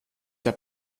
der